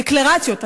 דקלרציות,